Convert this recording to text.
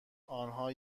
آنها